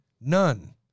None